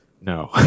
No